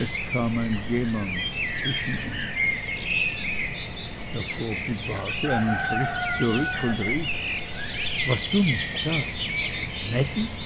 es kam ein jemand zwischen uns da fuhr die base einen schritt zurück und rief was du nicht sagst mädi